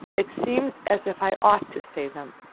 it seems as if i ought to say them.